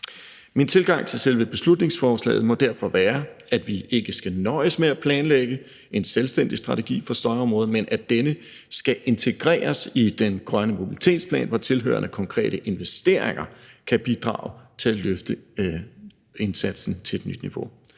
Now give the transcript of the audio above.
Min tilgang til selve beslutningsforslaget må derfor være, at vi ikke skal nøjes med at planlægge en selvstændig strategi på støjområdet, men at denne skal integreres i den grønne mobilitetsplan, hvor tilhørende konkrete investeringer kan bidrage til at løfte indsatsen til et nyt niveau.